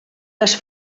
les